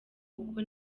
kuko